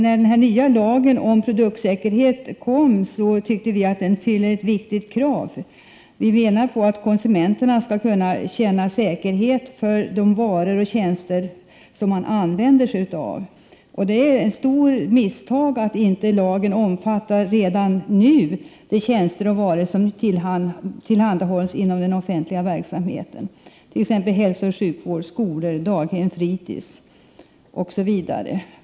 När den nya lagen om produktsäkerhet kom tyckte vi att den skulle komma att fylla ett viktigt krav. Vi menar att konsumenterna skall kunna känna sig säkra vid användandet av varor och tjänster. Det är ett stort misstag att lagen inte redan nu omfattar de tjänster och varor som tillhandahålls inom den offentliga verksamheten, t.ex. hälsooch sjukvård, skolor, daghem och fritidshem.